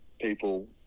people